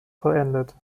vollendet